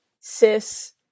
cis